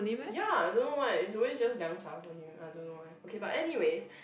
ya I don't know why it's always just 凉茶:Liang-Cha for him I don't know why okay but anyways